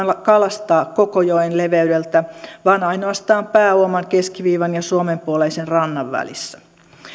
kalastaa koko joen leveydeltä vaan ainoastaan pääuoman keskiviivan ja suomen puoleisen rannan välissä